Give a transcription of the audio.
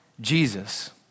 Jesus